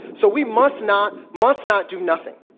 so, we must not must not do nothing,